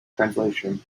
translation